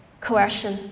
Coercion